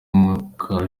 umukara